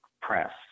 press